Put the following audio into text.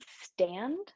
stand